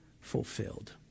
fulfilled